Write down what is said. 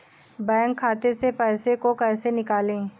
Bank खाते से पैसे को कैसे निकालें?